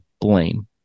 blame